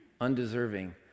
undeserving